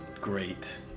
great